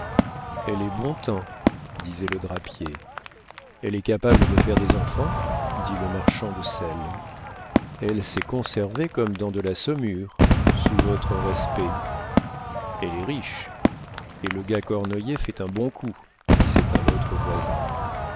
elle est bon teint disait le drapier elle est capable de faire des enfants dit le marchand de sel elle s'est conservée comme dans de la saumure sous votre respect elle est riche et le gars cornoiller fait un bon coup disait un autre voisin